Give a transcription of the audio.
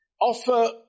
Offer